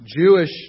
Jewish